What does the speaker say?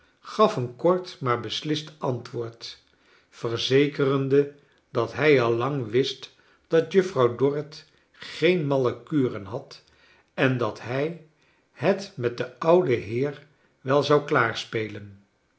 gaf een kgrt maar beslist antwoord verzekerende dat hij al lang wist dat juffrouw dorrit geen malle kuren had en dat hij het met den ouwen heer wel zou